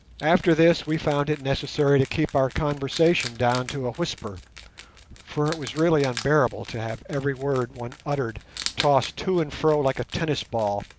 after this we found it necessary to keep our conversation down to a whisper for it was really unbearable to have every word one uttered tossed to and fro like a tennis-ball,